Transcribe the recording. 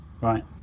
Right